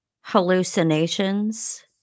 Hallucinations